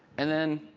and then,